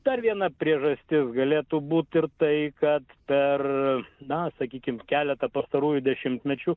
dar viena priežastis galėtų būt ir tai kad per na sakykim keletą pastarųjų dešimtmečių